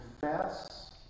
Confess